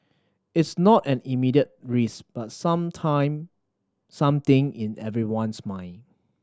it's not an immediate risk but sometime something in everyone's mind